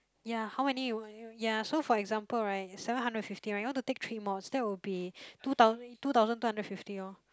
ya how many you want ya so for example right seven hundred and fifty right you want to take three mods that will be two thousand two thousand two hundred and fifty orh